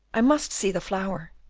i must see the flower!